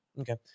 Okay